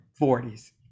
40s